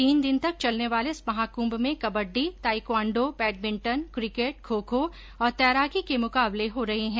तीन दिन तक चलने वाले इस महाकुंभ में kabaddi taekwondo badminton cricket kho kho और तैराकी के मुकाबले हो रहे है